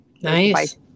Nice